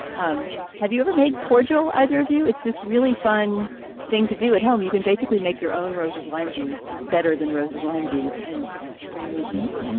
um have you ever made cordiale either of you? it's this really fun thing to do at home. you can basically make your own roses, lime juice. that's better than roses, lime juice. and it's extremely easy.